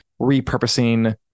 repurposing